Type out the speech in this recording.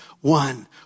one